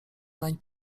nań